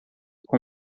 com